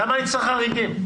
למה אני צריך חריגים?